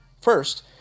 First